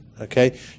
okay